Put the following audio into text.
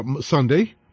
Sunday